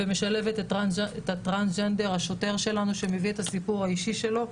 ומשלבת את השוטר הטרנסג'נדר שלנו שמביא את הסיפור האישי שלו.